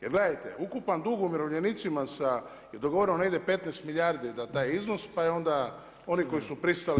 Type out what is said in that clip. Jer gledajte, ukupan dug umirovljenicima je dogovoreno negdje 15 milijardi taj iznos, pa onda oni koji su pristali…